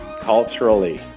culturally